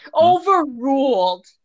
Overruled